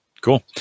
Cool